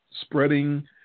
spreading